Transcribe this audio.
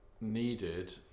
needed